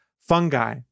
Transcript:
fungi